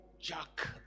Jack